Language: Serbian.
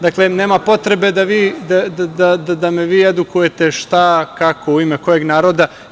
Dakle, nema potrebe da me vi edukujete, šta, kako, u ime kojeg naroda.